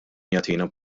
jagħtina